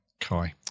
Kai